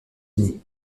unis